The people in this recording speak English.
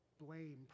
blame